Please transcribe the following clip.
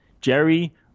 Jerry